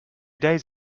days